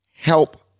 help